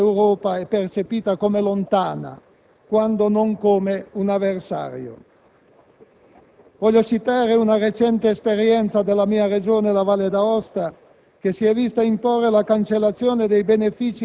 È evidente che in tale situazione l'Europa è percepita come lontana, quando non come un avversario. Voglio citare una recente esperienza della mia Regione, la Valle d'Aosta,